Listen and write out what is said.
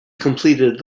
completed